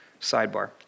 sidebar